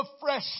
fresh